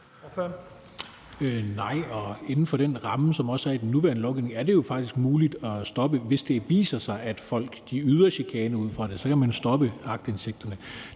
Nej, og inden for den ramme, som der også er for den nuværende lovgivning, er det faktisk muligt at stoppe det. Hvis det viser sig, at folk yder chikane ud fra det, kan man jo stoppe aktindsigterne.